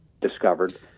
discovered